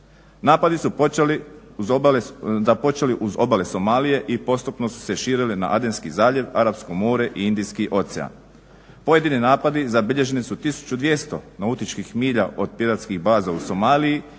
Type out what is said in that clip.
Napadi su započeli uz obale Somalije i postupno su se širili na Adenski zaljev, Arapsko more i Indijski ocean. Pojedini napadi zabilježeni su 1200 nautičkih milja od piratskih baza u Somaliji